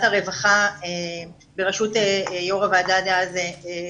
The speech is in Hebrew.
הרווחה בראשות יושב ראש הוועדה דאז,